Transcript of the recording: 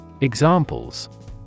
Examples